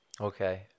Okay